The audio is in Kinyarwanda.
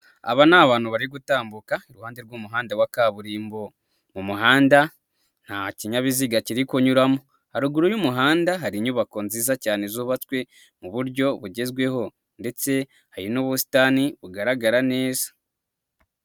aba ni abantu bari gutambuka, iruhande rw'umuhanda wa kaburimbo, mu muhanda nta kinyabiziga kiri kunyuramo, haruguru y'umuhanda hari inyubako nziza cyane zubatswe mu buryo bugezweho ndetse hari n'ubusitani bugaragara neza.